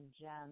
gems